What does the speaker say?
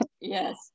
Yes